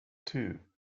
two